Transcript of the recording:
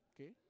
Okay